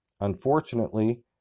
Unfortunately